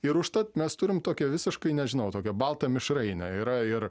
ir užtat mes turim tokią visiškai nežinau tokią baltą mišrainę yra ir